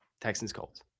Texans-Colts